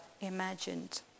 imagined